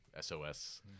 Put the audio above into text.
SOS